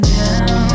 down